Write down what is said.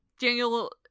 Daniel